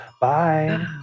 Bye